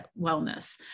wellness